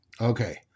Okay